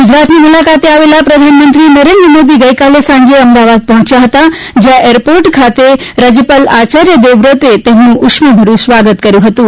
ગુજરાતની મુલાકાતે આવેલા પ્રધાનમંત્રી નરેન્દ્ર મોદી ગઈકાલે સાંજે અમદાવાદ પહોંચ્યા ફતા જ્યાં એરપોર્ટ ખાતે રાજપાલ આચાર્ય દેવવ્રતને તેમનું ઉષ્માભર્યું સ્વાગત કર્યું હતું